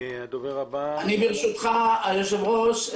ברשותך היושב ראש,